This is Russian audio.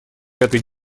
этой